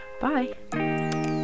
Bye